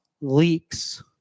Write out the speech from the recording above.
leaks